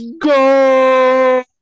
Go